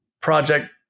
Project